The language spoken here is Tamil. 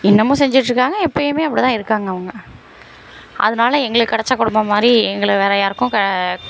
இன்னுமும் செஞ்சிட்டுருக்காங்க எப்போயுமே அப்படி தான் இருக்காங்க அவங்க அதனால் எங்களுக்கு கெடைச்ச குடும்பம் மாதிரி எங்கள் வேறு யாருக்கும் க